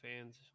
fans